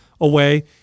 away